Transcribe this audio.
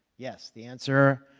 yes. the answer,